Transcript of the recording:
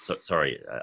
sorry